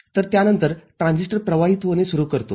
तर त्यानंतर ट्रान्झिस्टर प्रवाहित होणे सुरु करतो